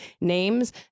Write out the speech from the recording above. names